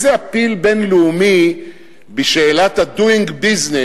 איזה appeal בין-לאומי בשאלת ה-doing business,